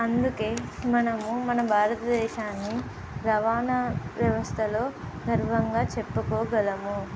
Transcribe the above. అందుకే మనము మన భారతదేశాన్ని రవాణా వ్యవస్థలో గర్వంగా చెప్పుకోగలము